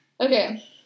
Okay